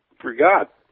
forgot